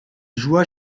joua